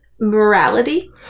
morality